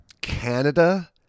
Canada